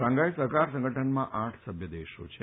Shanghai સહકાર સંગઠનમાં આઠ સભ્ય દેશો છે